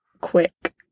quick